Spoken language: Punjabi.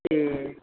ਅਤੇ